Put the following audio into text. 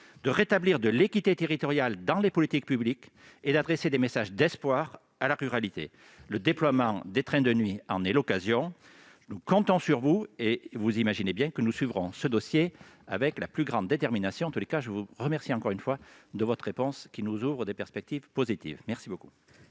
de rétablir de l'équité territoriale dans les politiques publiques et d'adresser des messages d'espoir à la ruralité. Le déploiement des trains de nuit en est l'occasion. Nous comptons sur vous, et vous imaginez bien que nous suivrons ce dossier avec la plus grande détermination. Je vous remercie encore une fois de votre réponse, qui nous ouvre donc des perspectives positives. La parole